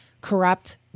corrupt